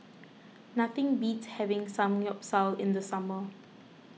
nothing beats having Samgeyopsal in the summer